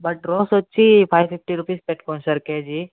but rose వచ్చి five fifty rupees పెట్టుకోండి sir KG